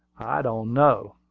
i don't know.